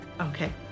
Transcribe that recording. Okay